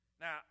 Now